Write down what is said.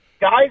Guys